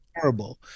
terrible